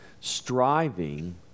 striving